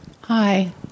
Hi